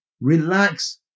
relax